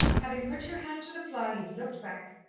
having put your hand to the plough, you've looked back.